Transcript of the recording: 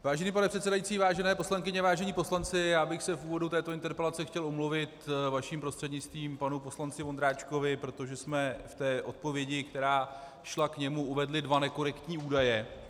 Vážený pane předsedající, vážené poslankyně, vážení poslanci, já bych se v úvodu této interpelace chtěl omluvit vaším prostřednictvím panu poslanci Ondráčkovi, protože jsme v té odpovědi, která šla k němu, uvedli dva nekorektní údaje.